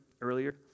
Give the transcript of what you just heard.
earlier